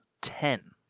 ten